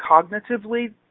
cognitively